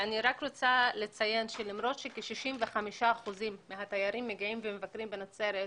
אני רק רוצה לציין שלמרות שכ-65 אחוזים מהתיירים מגיעים ומבקרים בנצרת,